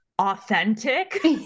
Authentic